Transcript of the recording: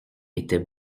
était